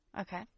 Okay